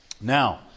Now